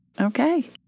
Okay